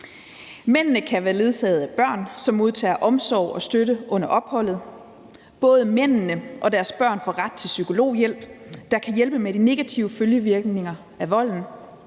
Mændene kan være ledsaget af børn, som modtager omsorg og støtte under opholdet. Både mændene og deres børn får ret til psykologhjælp, der kan hjælpe med de negative følgevirkninger af volden.